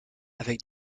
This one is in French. avec